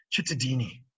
Chittadini